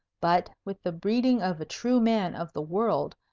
but, with the breeding of a true man of the world,